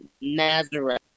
Nazareth